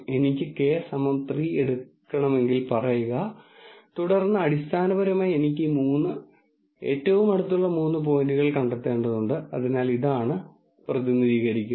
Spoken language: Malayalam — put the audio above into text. എനിക്ക് k 3 എടുക്കണമെങ്കിൽ പറയുക തുടർന്ന് അടിസ്ഥാനപരമായി എനിക്ക് ഈ മൂന്ന് ഏറ്റവും അടുത്തുള്ള മൂന്ന് പോയിന്റുകൾ കണ്ടെത്തേണ്ടതുണ്ട് അതിനാൽ ഇതാണ് പ്രതിനിധീകരിക്കുന്നത്